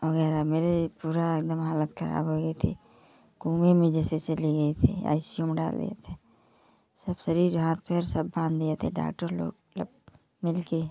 वगैरह मेरे पूरा एकदम हालत खराब हो गई थी कोमे में जैसे चली गई थी आई सी यू में डाल दिए थे सब शरीर हाथ पैर सब बांध दिए थे डॉक्टर लोग मतलब मिलके